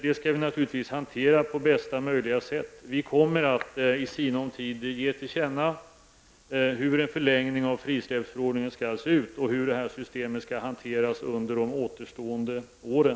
Det skall vi naturligtvis hantera på bästa möjliga sätt. Vi kommer att i sinom tid ge till känna hur en förlängning av frisläppsförordningen skall se ut och hur systemet skall hanteras under de återstående åren.